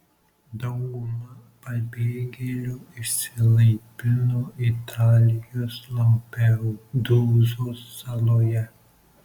dauguma pabėgėlių išsilaipino italijos lampedūzos saloje